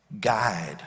guide